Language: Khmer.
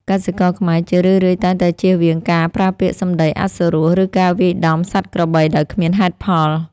កសិករខ្មែរជារឿយៗតែងតែចៀសវាងការប្រើពាក្យសម្តីអសុរោះ ឬការវាយដំសត្វក្របីដោយគ្មានហេតុផល។